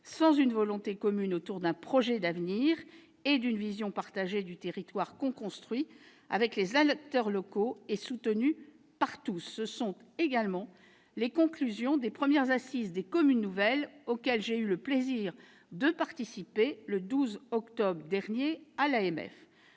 sans une volonté commune autour d'un projet d'avenir, et d'une vision partagée du territoire coconstruit avec les acteurs locaux et soutenue par tous ». Ce sont également les conclusions des premières Assises nationales des communes nouvelles, organisées par l'AMF, auxquelles j'ai eu le plaisir de participer le 12 octobre dernier.